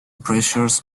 pressures